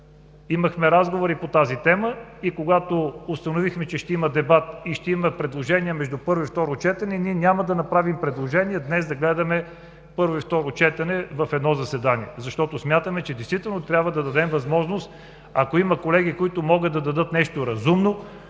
имахме разговори по тази тема и когато установихме, че ще има дебат и ще има предложения между първо и второ четене, няма да направим предложение днес да гледаме първо и второ четене в едно заседание, защото смятаме, че действително трябва да дадем възможност, ако има колеги, които могат да дадат нещо разумно,